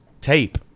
tape